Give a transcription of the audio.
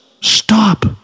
stop